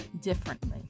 differently